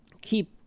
keep